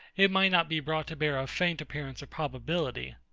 it might not be brought to bear a faint appearance of probability.